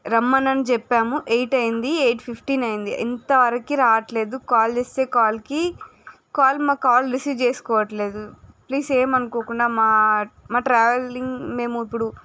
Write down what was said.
రమ్మని చెప్పాము ఎయిట్ అయింది ఎయిట్ ఫిఫ్టీన్ అయింది ఇంతవరకు రావట్లేదు కాల్ చేస్తే కాల్కి కాల్ మా కాల్ రిసీవ్ చేసుకోవట్లేదు ప్లీజ్ ఏమనుకోకుండా మా మా ట్రావెల్ని మేము ఇప్పుడు